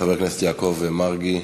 חבר הכנסת יעקב מרגי,